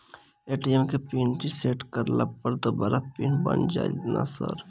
ATM केँ PIN reset करला पर दोबारा पिन बन जाइत नै सर?